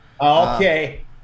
Okay